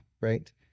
right